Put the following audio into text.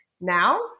now